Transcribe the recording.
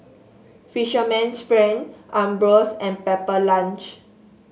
Fisherman's Friend Ambros and Pepper Lunch